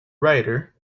writer